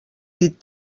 dit